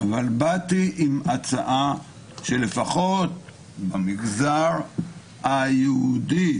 באתי עם הצעה שלפחות המגזר היהודי